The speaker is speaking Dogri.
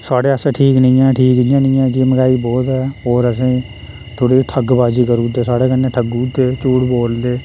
साढ़े आस्तै ठीक नेईं ऐ ठीक इ'यां नी ऐ कि मैंह्गाई बोह्त ऐ होर असेंई थोह्ड़ी ठगबाजी करुदे साढ़े कन्नै ठगूउड़दे झूठ बोलदे